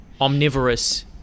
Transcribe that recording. omnivorous